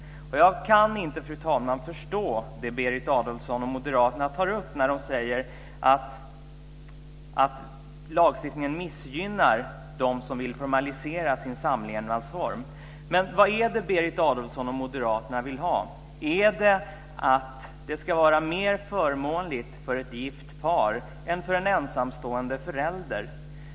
Jag kan inte, fru talman, förstå Berit Adolfsson och moderaterna när de säger att lagstiftningen missgynnar dem som vill formalisera sin samlevnadsform. Vad är det Berit Adolfsson och moderaterna vill ha? Vill de att det ska vara mer förmånligt för ett gift par än för en ensamstående förälder?